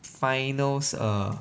finals err